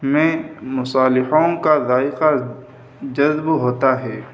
میں مصالحوں کا ذائقہ جذب ہوتا ہے